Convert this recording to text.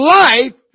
life